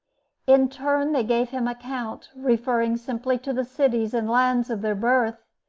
in turn they gave him account, referring simply to the cities and lands of their birth,